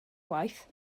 waith